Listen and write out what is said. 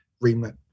remit